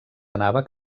anava